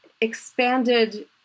expanded